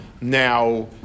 Now